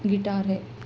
guitar ہے